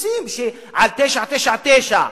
מתלוצצים על 99.9,